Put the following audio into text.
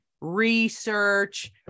research